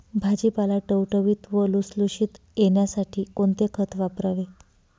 भाजीपाला टवटवीत व लुसलुशीत येण्यासाठी कोणते खत वापरावे?